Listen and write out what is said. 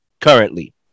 currently